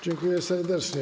Dziękuję serdecznie.